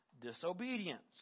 Disobedience